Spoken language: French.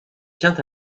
tient